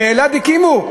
באלעד הקימו?